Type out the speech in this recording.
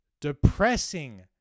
depressing